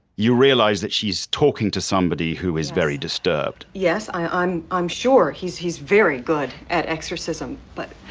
you realize that she's talking to somebody who is very disturbed yes, i'm i'm sure he's he's very good at exorcism but